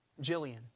Jillian